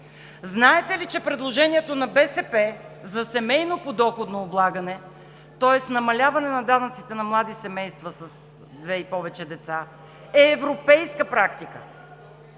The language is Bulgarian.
Знаете ли, че предложението на БСП за семейно подоходно облагане, тоест намаляване на данъците на млади семейства с две и повече деца, е европейска практика?